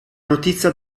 notizia